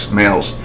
males